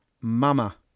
Mama